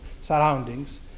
surroundings